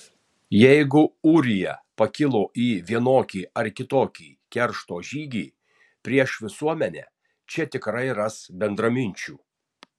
jeigu ūrija pakilo į vienokį ar kitokį keršto žygį prieš visuomenę čia tikrai ras bendraminčių